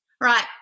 right